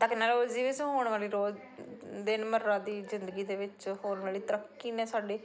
technology ਵਿੱਚ ਹੋਣ ਵਾਲੀ ਰੋਜ਼ ਦਿਨ ਮੱਰਾ ਦੀ ਜ਼ਿੰਦਗੀ ਦੇ ਵਿੱਚ ਹੋਣ ਵਾਲੀ ਤਰੱਕੀ ਨੇ ਸਾਡੇ